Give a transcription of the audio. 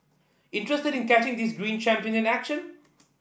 interested in catching these green champion in action